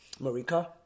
Marika